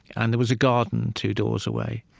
and there was a garden, two doors away.